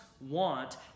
want